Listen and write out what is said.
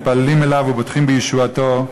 מתפללים אליו ובוטחים בישועתו,